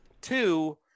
Two